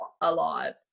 alive